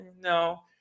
No